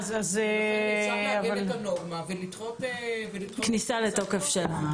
אז אפשר לעגן את הנורמה אבל לדחות את הכניסה לתוקף.